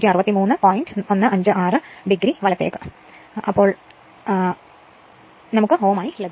156o o എന്ന കോണിൽ ആണലോ അതും നമുക്ക് Om ആയി ലഭിക്കുന്നു